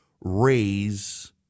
raise